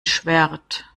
schwert